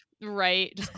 Right